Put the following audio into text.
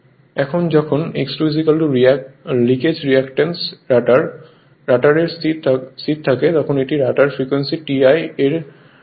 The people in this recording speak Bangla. পড়ুন স্লাইড সময় 2530 এখন যখন X2 লিকেজ রিয়্যাক্ট্যান্স রটার এর এ স্থির থাকুন এটি হল রটার ফ্রিকোয়েন্সি ti এর স্টেটর ফ্রিকোয়েন্সি